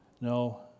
no